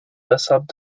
weshalb